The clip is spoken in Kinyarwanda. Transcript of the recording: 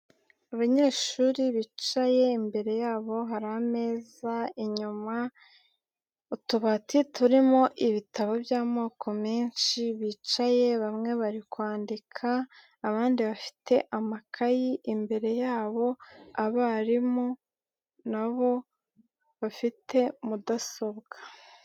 Abanyeshuri bicaye, imbere yabo hari ameza, inyuma utubati turimo ibitabo by'amoko menshi, bicaye bamwe bari kwandika, abandi bafite amakayi imbere yabo, abarimu na bo bafite mudasobwa.